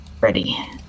Ready